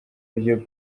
vyo